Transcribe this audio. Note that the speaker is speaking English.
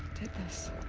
did this.